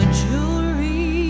jewelry